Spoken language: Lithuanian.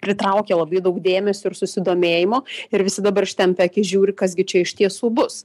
pritraukė labai daug dėmesio ir susidomėjimo ir visi dabar ištempę akis žiūri kas gi čia iš tiesų bus